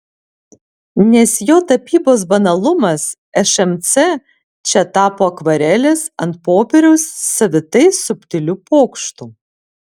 nes jo tapybos banalumas šmc čia tapo akvarelės ant popieriaus savitai subtiliu pokštu